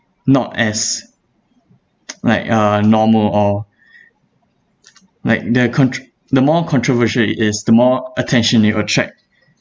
not as like uh normal or like they're contr~ the more controversial it is the more attention it attract